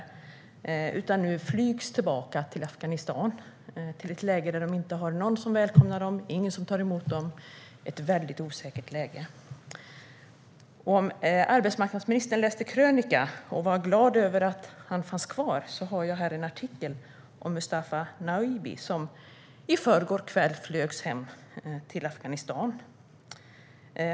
Nu flygs de tillbaka till Afghanistan, där de inte har någon som välkomnar eller tar emot dem. Det är ett väldigt osäkert läge. Arbetsmarknadsministern kanske läste krönikan om Mustafa Naubi och blev glad över att han fanns kvar. Jag har en artikel här om honom. I förrgår kväll flögs han hem till Afghanistan.